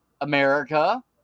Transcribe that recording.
America